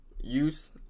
use